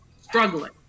struggling